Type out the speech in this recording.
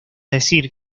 decir